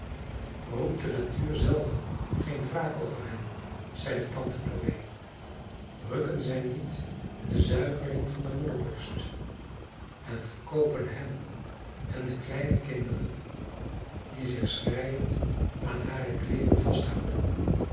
roept de natuur zelve geen wraak over hen zeide tante chloe rukken zij niet den zuigeling van de moederborst en verkoopen hem en de kleine kinderen die zich schreiend aan hare kleeren vasthouden